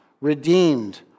redeemed